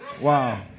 Wow